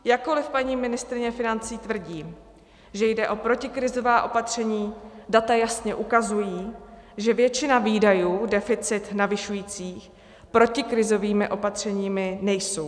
Jakkoliv paní ministryně financí tvrdí, že jde o protikrizová opatření, data jasně ukazují, že většina výdajů deficit navyšujících protikrizovými opatřeními nejsou.